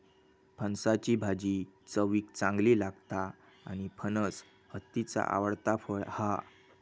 फणसाची भाजी चवीक चांगली लागता आणि फणस हत्तीचा आवडता फळ हा